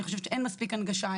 אני חושבת שאין מספיק הנגשה,